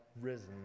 risen